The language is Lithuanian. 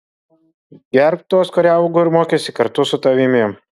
gerbk tuos kurie augo ir mokėsi kartu su tavimi